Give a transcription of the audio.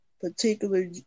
particular